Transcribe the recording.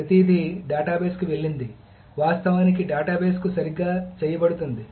ప్రతిదీ డేటాబేస్కు వెళ్లింది వాస్తవానికి డేటాబేస్కు సరిగ్గా చేయబడుతుంది